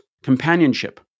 companionship